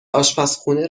آشپرخونه